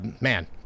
man